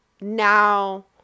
now